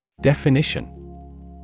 Definition